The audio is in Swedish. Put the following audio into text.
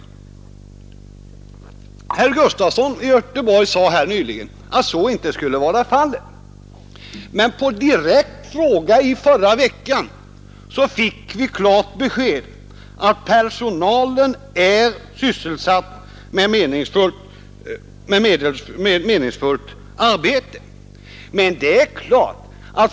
Herr Gustafson i Göteborg sade nyss att så inte skulle vara fallet, men på en direkt fråga i förra veckan fick vi alltså klart besked att personalen är sysselsatt med meningsfyllt arbete.